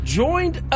joined